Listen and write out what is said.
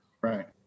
Right